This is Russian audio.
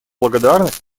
благодарность